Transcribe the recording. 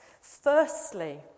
Firstly